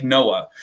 Noah